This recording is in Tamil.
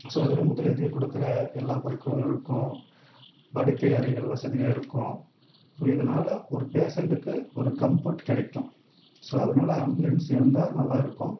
ஸோ அதில் முதலுதவி கொடுக்குற எல்லா பொருட்களும் இருக்கும் படுக்கை அறைகள் வசதியும் இருக்கும் ஸோ இதனால் ஒரு பேசன்ட்டுக்கு ஒரு கம்ஃபோர்ட் கிடைக்கும் ஸோ அதனால் ஆம்புலன்ஸ் இருந்தால் நல்லாயிருக்கும்